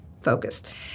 focused